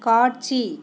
காட்சி